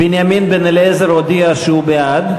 בנימין בן-אליעזר הודיע שהוא בעד.